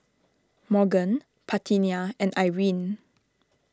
Morgan Parthenia and Irine